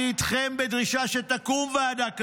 אני איתכם בדרישה שתקום ועדה כזו,